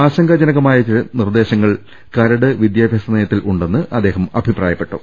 ആശങ്കാജനകമായ ചില നിർദ്ദേ ശങ്ങൾ കരട് വിദ്യാഭ്യാസ നയത്തിലുണ്ടെന്ന് അദ്ദേഹം അഭി പ്രായപ്പെട്ടു